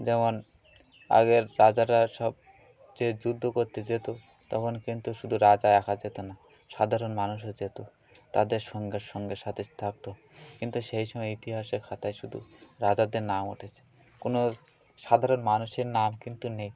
যেমন আগের রাজারা সব যে যুদ্ধ করতে যেত তখন কিন্তু শুধু রাজা একা যেত না সাধারণ মানুষও যেত তাদের সঙ্গে সঙ্গে সাথে থাকত কিন্তু সেই সময় ইতিহাসের খাতায় শুধু রাজাদের নাম উঠেছে কোনো সাধারণ মানুষের নাম কিন্তু নেই